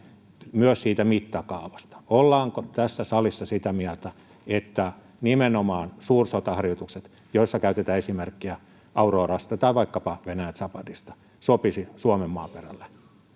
myös siitä mittakaavasta ollaanko tässä salissa sitä mieltä että nimenomaan suursotaharjoitukset joissa käytetään esimerkkejä aurorasta tai vaikkapa venäjän zapadista sopisivat suomen maaperälle